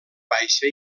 baixa